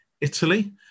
Italy